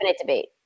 debate